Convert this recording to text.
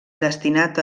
destinat